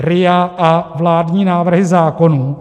RIA a vládní návrhy zákonů.